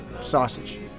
sausage